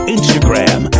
Instagram